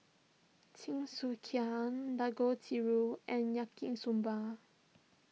Jingisukan Dangojiru and Yaki Soba